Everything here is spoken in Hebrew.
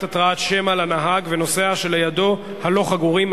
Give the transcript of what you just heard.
התרעת שמע לנהג ולנוסע שלידו הלא-חגורים),